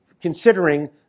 considering